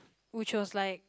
which was like